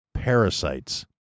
parasites